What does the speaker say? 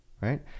Right